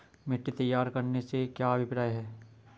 मिट्टी तैयार करने से क्या अभिप्राय है?